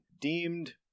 deemed